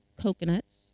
coconuts